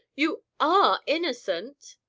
you are innocent?